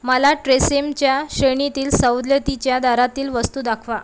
मला ट्रेसेमच्या श्रेणीतील सवलतीच्या दरातील वस्तू दाखवा